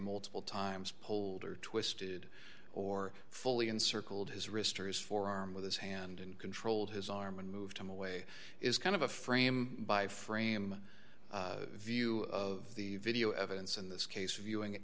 multiple times poulder twisted or fully encircled his wrister his forearm with his hand in control of his arm and moved him away is kind of a frame by frame view of the video evidence in this case viewing